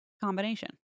combination